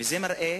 וזה מראה,